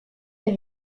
les